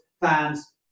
fans